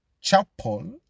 Chapel